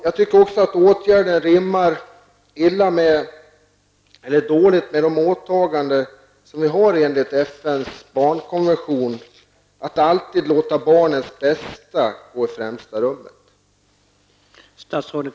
Jag tycker också att åtgärderna rimmar dåligt med de åtaganden vi har gjort i enlighet med FNs barnkonvention om att man alltid skall låta barnets bästa sättas i främsta rummet.